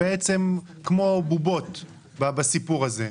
ובעצם כמו בובות בסיפור הזה.